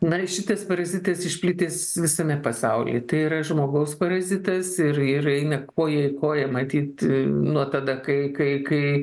na šitas parazitas išplitęs visame pasauly tai yra žmogaus parazitas ir ir eini koja į koją matyt nuo tada kai kai kai